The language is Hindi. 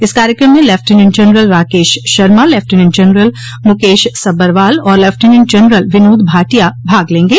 इस कार्यक्रम में lieutenant general Rakesh Sharma lieutenant general Mukesh Sabharwal और लेफ्टिनेंट जनरल विनोद भाटिया भाग लेंगे